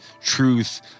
truth